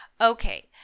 Okay